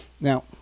now